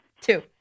Two